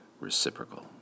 reciprocal